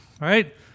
right